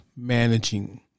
managing